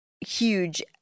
huge